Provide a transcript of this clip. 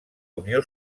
unió